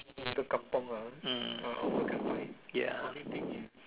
hmm ya